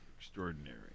extraordinary